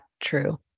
true